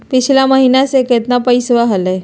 पिछला महीना मे कतना पैसवा हलय?